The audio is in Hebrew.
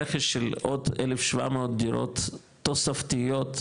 רכש של עוד 1,700 דירות תוספתיות,